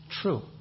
true